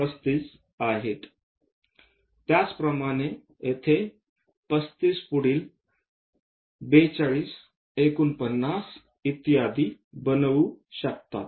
त्याचप्रमाणे येथे 35 पुढील 42 49 आणि इत्यादी बनवू शकतात